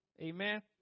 Amen